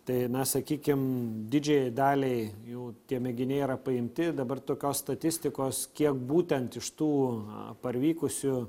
tai na sakykim didžiajai daliai jų tie mėginiai yra paimti dabar tokios statistikos kiek būtent iš tų parvykusių